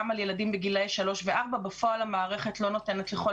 על ילדים בגילי שלוש וארבע אבל בפועל המערכת לא נותנת לכל